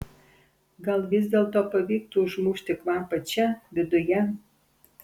gal vis dėlto pavyktų užmušti kvapą čia viduje